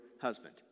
husband